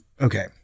okay